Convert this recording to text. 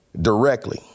directly